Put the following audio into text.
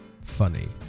funny